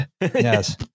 Yes